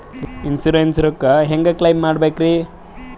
Insurance ರೊಕ್ಕ ಹೆಂಗ claim ಮಾಡ್ಬೇಕ್ರಿ?